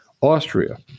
Austria